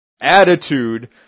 attitude